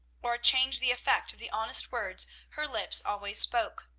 or change the effect of the honest words her lips always spoke.